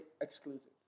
exclusive